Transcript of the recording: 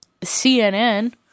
CNN